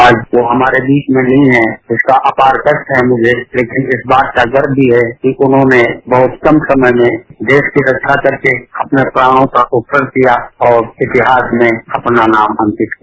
आज वो हमारे बीच में नहीं हैं इसका आपार कष्ट है मुझे लेकिन इस बात का गर्व भी है कि उन्होंने बहत कम समय में देश की रक्षा करते अपने प्राणों को अर्पण किया और इतिहास में अपना नाम अंकित किया